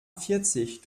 vierzig